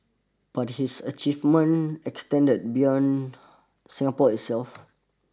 but his achievement extended beyond Singapore itself